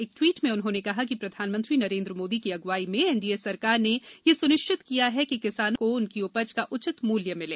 एक ट्वीट में उन्होंने कहा कि प्रधानमंत्री नरेन्द्र मोदी की अग्वाई में एनडीए सरकार ने यह स्निश्चित किया है कि किसानों को उनकी उपज का उचित मूल्य मिले